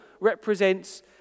represents